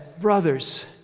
brothers